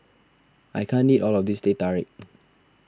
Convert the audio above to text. I can't eat all of this Teh Tarik